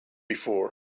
before